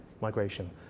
migration